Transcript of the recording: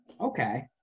Okay